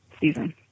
season